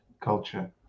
culture